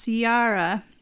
Ciara